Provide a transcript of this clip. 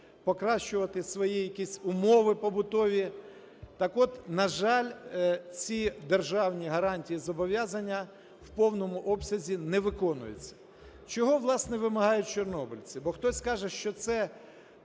покращувати свої якісь умови побутові, так от, на жаль, ці державні гарантії, зобов'язання в повному обсязі не виконуються. Чого, власне, вимагають чорнобильці? Бо хтось каже, що це